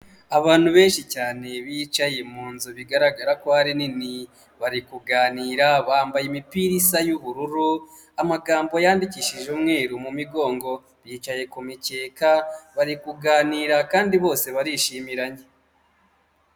Abantu benshi cyane bicaye mu nzu bigaragara ko ari nini, bari kuganira bambaye imipira isa y'ubururu amagambo yandikishije umweru mu migongo, bicaye ku mikeka bari kuganira kandi bose barishimiranye.